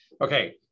okay